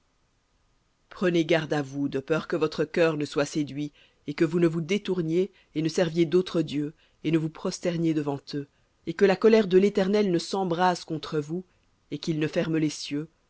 prenez garde à vous de peur que votre cœur ne soit séduit et que vous ne vous détourniez et ne serviez d'autres dieux et ne vous prosterniez devant eux et que la colère de l'éternel ne s'embrase contre vous et qu'il ne ferme les cieux